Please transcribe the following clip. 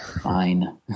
fine